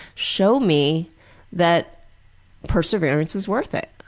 show me that perseverance is worth it.